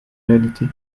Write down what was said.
réalité